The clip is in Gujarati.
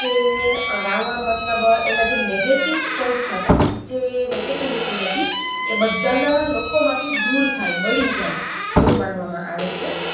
કે આ રાવણ મતલબ એના જે નેગેટિવ પોઇન્ટ્સ હતા જે નેગેટિવિટી હતી એ બધા લોકોમાંથી દૂર થાય બળી જાય એવું માનવામાં આવે છે